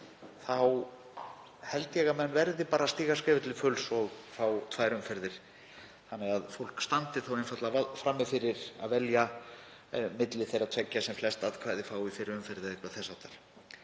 þá held ég að menn verði að stíga skrefið til fulls og fá tvær umferðir þannig að fólk standi einfaldlega frammi fyrir því að velja milli þeirra tveggja sem flest atkvæði fá í fyrri umferð eða eitthvað þess háttar.